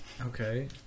Okay